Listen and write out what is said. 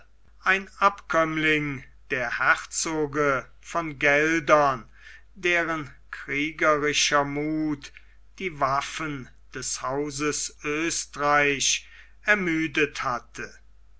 ein abkömmling der herzoge von geldern deren kriegerischer muth die waffen des hauses oesterreich ermüdet hatte